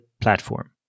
platform